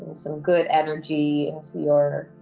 some good energy into your